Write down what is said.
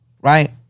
Right